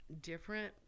different